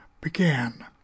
began